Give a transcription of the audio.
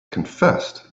confessed